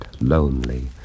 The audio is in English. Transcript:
lonely